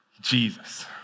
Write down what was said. Jesus